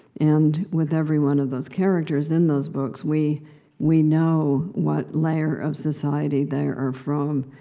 and with every one of those characters in those books, we we know what layer of society they are from,